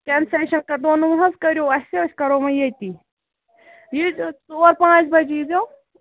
concession کرنوو نہَ حظ کٔرِو اَسہِ أسۍ کَرو وۅنۍ ییٚتی ییٖزیٚو ژور پانٛژِ بَجہِ ییٖزیٚو